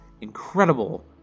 incredible